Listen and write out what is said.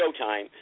showtime